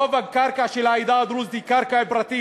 רוב הקרקע של העדה הדרוזית היא קרקע פרטית,